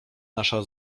nasza